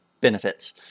benefits